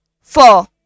Four